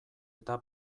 eta